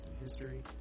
History